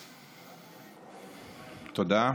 תודה,